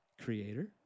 Creator